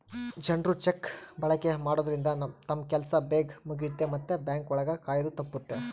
ಜನ್ರು ಚೆಕ್ ಬಳಕೆ ಮಾಡೋದ್ರಿಂದ ತಮ್ ಕೆಲ್ಸ ಬೇಗ್ ಮುಗಿಯುತ್ತೆ ಮತ್ತೆ ಬ್ಯಾಂಕ್ ಒಳಗ ಕಾಯೋದು ತಪ್ಪುತ್ತೆ